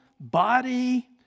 body